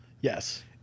Yes